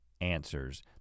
answers